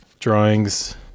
Drawings